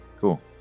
cool